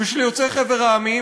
ושל יוצאי חבר המדינות,